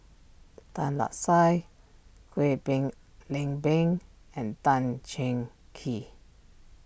Tan Lark Sye Kwek been Leng Beng and Tan Cheng Kee